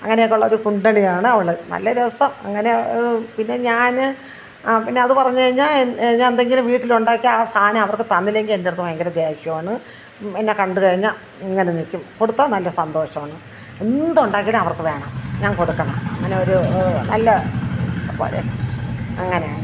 അങ്ങനെയൊക്കെയുള്ള ഒരു കുണ്ടണിയാണ് അവൾ നല്ല രസം അങ്ങനെ പിന്നെ ഞാൻ പിന്നെ അതു പറഞ്ഞു കഴിഞ്ഞാൽ ഞാൻ എന്തെങ്കിലും വീട്ടിൽ ഉണ്ടാക്കി ആ സാധനം അവർക്കു തന്നില്ലെങ്കിൽ എൻ്റെടുത്ത് ഭയങ്കര ദേഷ്യമാണ് എന്നെ കണ്ടു കഴിഞ്ഞാൽ ഇങ്ങനെ നിൽക്കും കൊടുത്താൽ നല്ല സന്തോഷമാണ് എന്തുണ്ടാക്കിയാലും അവർക്കു വേണം ഞാൻ കൊടുക്കണം അങ്ങനെ ഒരു നല്ല അങ്ങനെയാണ്